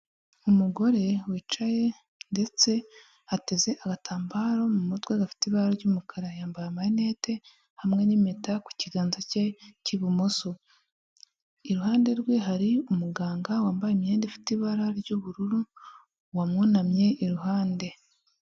Umugore wicaye ndetse ateze agatambaro mu mutwe gafite ibara ry'umukara, yambaye amarinete hamwe n'impeta ku kiganza cye cy'ibumoso, iruhande rwe hari umuganga wambaye imyenda ifite ibara ry'ubururu, wamwunamye iruhande.